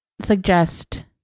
Suggest